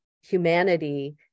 humanity